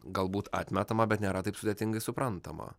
galbūt atmetama bet nėra taip sudėtingai suprantama